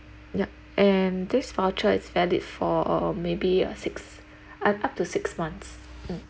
yup and this voucher is valid for maybe uh six and up to six months mm